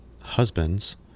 husbands